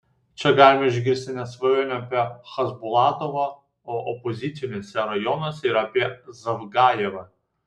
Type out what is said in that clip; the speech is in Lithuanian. čia galima išgirsti net svajonių apie chasbulatovą o opoziciniuose rajonuose ir apie zavgajevą